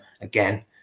Again